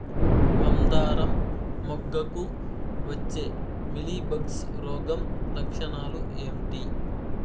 మందారం మొగ్గకు వచ్చే మీలీ బగ్స్ రోగం లక్షణాలు ఏంటి?